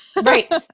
Right